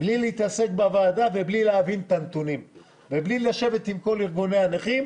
בלי להתעסק בוועדה ובלי להבין את הנתונים ובלי לשבת עם כל ארגוני הנכים.